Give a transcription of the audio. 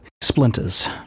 splinters